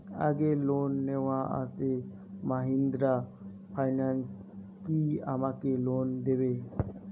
আগের লোন নেওয়া আছে মাহিন্দ্রা ফাইন্যান্স কি আমাকে লোন দেবে?